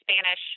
Spanish